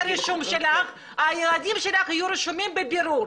הרישום שלך הילדים שלך יהיו רשומים 'בבירור',